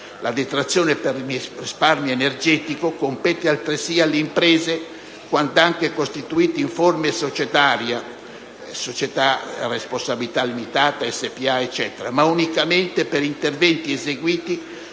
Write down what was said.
La detrazione per il risparmio energetico compete altresì alle imprese, quand'anche costituite in forma societaria (società a responsabilità limitata, società per azioni ed altre), ma unicamente per interventi eseguiti